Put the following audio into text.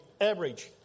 average